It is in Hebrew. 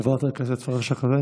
חבר הכנסת אפרת פרקש הכהן,